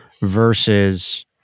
versus